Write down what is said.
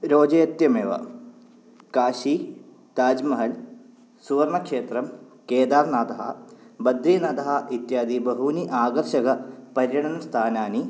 रोजयत्यमेव काशी ताज्महल् सुवर्णक्षेत्रं केदारनाथः बद्रीनाथः इत्यादि बहूनि आगर्षकपर्यटनस्थानानि